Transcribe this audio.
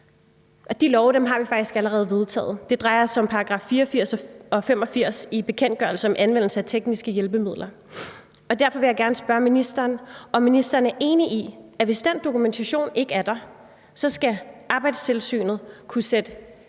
De love har vi faktisk allerede vedtaget. Det drejer sig om §§ 84 og 85 i bekendtgørelse om anvendelse af tekniske hjælpemidler. Derfor vil jeg gerne spørge ministeren, om ministeren er enig i, at hvis den dokumentation ikke er der, skal Arbejdstilsynet kunne sætte